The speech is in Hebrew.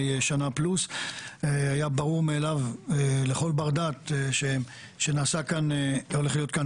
שנה פלוס היה ברור מאליו לכל בר דעת שהולכת להיות כאן